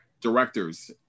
directors